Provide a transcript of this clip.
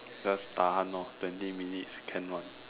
just Tahan lor twenty minutes can one